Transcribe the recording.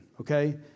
okay